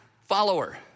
follower